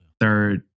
Third